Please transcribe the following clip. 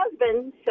husband